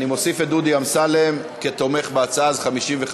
אני מוסיף את דודי אמסלם כתומך בהצעה, אז 55